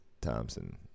Thompson